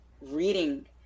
reading